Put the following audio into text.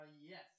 Yes